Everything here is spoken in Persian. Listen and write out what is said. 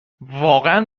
واقعا